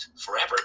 forever